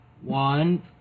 one